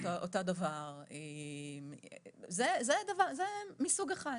אלה אירועים מסוג אחד.